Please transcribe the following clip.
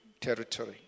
territory